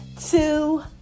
two